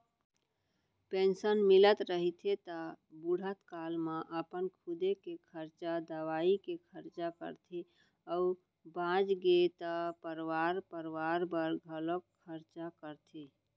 pension मिलत रहिथे त बुड़हत काल म अपन खुदे के खरचा, दवई के खरचा करथे अउ बाचगे त परवार परवार बर घलोक खरचा करथे